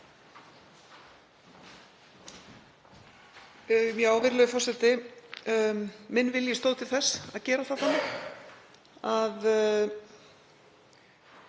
Virðulegur forseti. Minn vilji stóð til þess að gera það þannig að